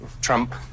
Trump